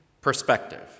Perspective